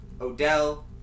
Odell